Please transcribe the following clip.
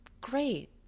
great